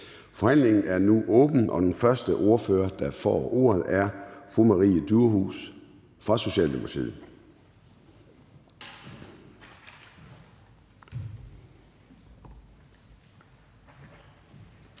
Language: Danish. Forhandlingen er nu åbnet, og den første ordfører, der får ordet, er fru Maria Durhuus fra Socialdemokratiet.